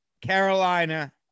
Carolina